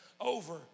Over